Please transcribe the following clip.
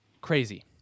crazy